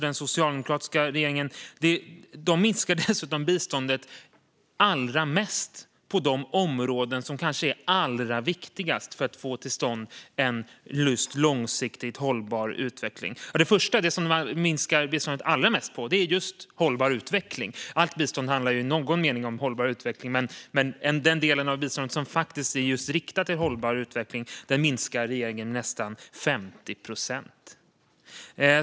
Den socialdemokratiska regeringen minskar dessutom biståndet allra mest på de områden som kanske är allra viktigast för att få till stånd just en långsiktigt hållbar utveckling. Det man minskar allra mest på är för övrigt just hållbar utveckling. Allt bistånd handlar ju i någon mening om hållbar utveckling, men den del av biståndet som faktiskt är riktad till just hållbar utveckling minskar regeringen med nästan 50 procent.